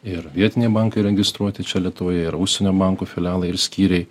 ir vietiniai bankai registruoti čia lietuvoje ir užsienio bankų filialai ir skyriai